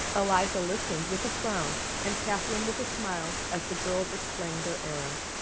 eliza listened with a frown and catherine with a smile, as the girls explained their errand.